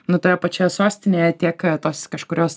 nu toje pačioje sostinėje tiek tos kažkurios